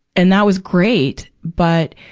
and that was great. but,